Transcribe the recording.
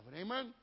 Amen